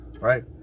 right